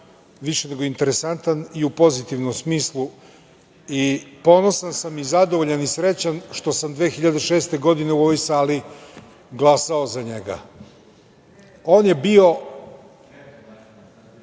više nego interesantan i u pozitivnom smislu i ponosan sam i zadovoljan, i srećan što sam 2006. godine u ovoj sali glasao za njega. On je bio